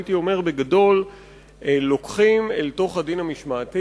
הייתי אומר בגדול שלוקחים אל תוך הדין המשמעתי,